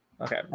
Okay